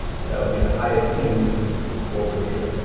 so that would be the highest fuse over here.